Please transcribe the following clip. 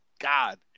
God